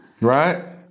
Right